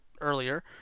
earlier